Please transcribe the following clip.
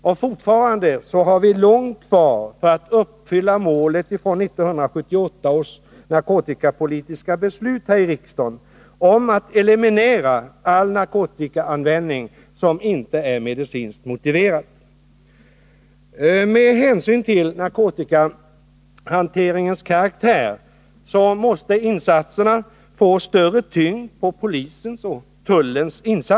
Och fortfarande har vi långt kvar innan vi uppnår målet i 1978 års narkotikapolitiska beslut här i riksdagen — att eliminera all narkotikaanvändning som inte är medicinskt motiverad. Med hänsyn till narkotikahanteringens karaktär måste insatserna få större tyngd på polisens och tullens område.